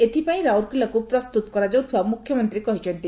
ଏଥିପାଇଁ ରାଉରକେଲାକୁ ପ୍ରସ୍ତୁତ କରାଯାଉଥିବା ମୁଖ୍ୟମନ୍ତୀ କହିଛନ୍ତି